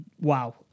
Wow